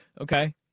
Okay